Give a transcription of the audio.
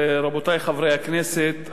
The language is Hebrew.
רבותי חברי הכנסת,